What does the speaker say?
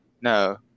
No